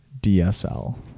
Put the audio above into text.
DSL